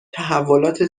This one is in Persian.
تحولات